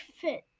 fit